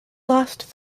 last